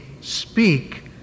speak